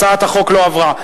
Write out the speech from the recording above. הצעת החוק לא עברה.